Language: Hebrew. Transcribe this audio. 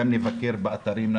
גם נבקר באתרים,